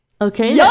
Okay